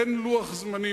לא, יש פה מועמד, זה בסדר.